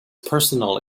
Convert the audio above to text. personal